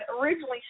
originally